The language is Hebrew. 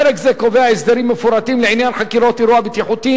פרק זה קובע הסדרים מפורטים לעניין חקירות אירוע בטיחותי